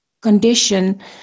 condition